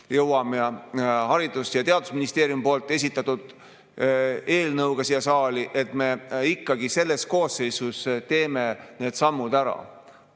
jõuab Haridus‑ ja Teadusministeeriumi esitatud eelnõu siia saali, me ikkagi selle koosseisu ajal teeme need sammud ära.